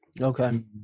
Okay